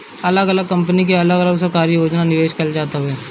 अगल अलग कंपनी अउरी सरकारी योजना में निवेश कईल जात हवे